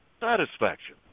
satisfaction